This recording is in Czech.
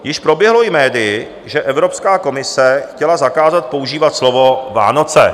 Již proběhlo i médii, že Evropská komise chtěla zakázat používat slovo Vánoce.